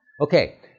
Okay